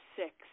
six